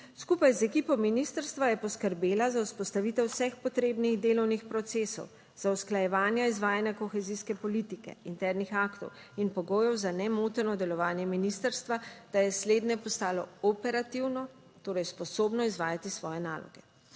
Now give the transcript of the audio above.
Skupaj z ekipo ministrstva je poskrbela za vzpostavitev vseh potrebnih delovnih procesov, za usklajevanje izvajanja kohezijske politike, internih aktov in pogojev za nemoteno delovanje ministrstva, da je slednje postalo operativno, torej sposobno izvajati svoje naloge.